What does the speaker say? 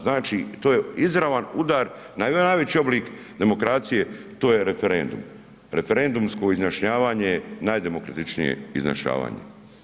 Znači to je izravan udar na onaj najveći oblik demokracije, to je referendum, referendumsko izjašnjavanje najdemokratičnije izjašnjavanje.